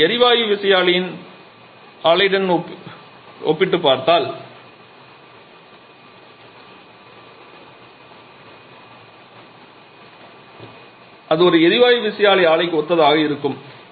இதை ஒரு எரிவாயு விசையாழி ஆலையுடன் ஒப்பிட்டுப் பார்த்தால் அது ஒரு எரிவாயு விசையாழி ஆலைக்கு ஒத்ததாக இருக்கும்